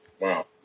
Wow